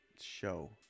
show